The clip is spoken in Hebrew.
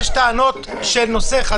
עופר חנוך, תודה רבה.